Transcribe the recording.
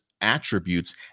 attributes